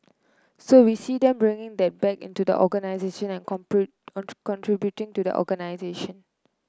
so we see them bringing that back into the organisation and and contributing to the organisation